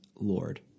Lord